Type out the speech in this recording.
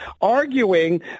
arguing